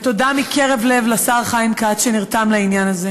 ותודה מקרב לב לשר חיים כץ, שנרתם לעניין הזה